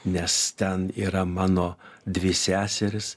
nes ten yra mano dvi seserys